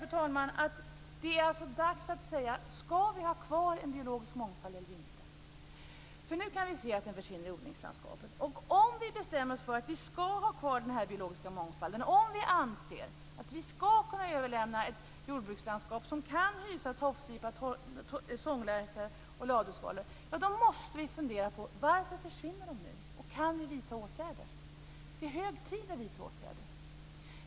Jag menar att det är dags att bestämma om vi skall ha kvar en biologisk mångfald eller inte. Nu kan vi se att den försvinner i odlingslandskapet. Om vi bestämmer oss för att vi skall ha kvar den biologiska mångfalden, om vi anser att vi skall kunna överlämna ett jordbrukslandskap som kan hysa tofsvipor, sånglärkor och ladusvalor, måste vi fundera över varför de försvinner och om vi kan vidta åtgärder. Det är hög tid att vidta åtgärder.